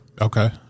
Okay